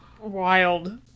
wild